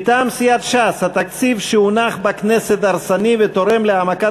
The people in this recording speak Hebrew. מטעם סיעת ש"ס: התקציב שהונח בכנסת הרסני ותורם להעמקת